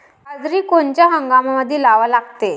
बाजरी कोनच्या हंगामामंदी लावा लागते?